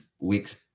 weeks